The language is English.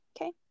Okay